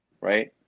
right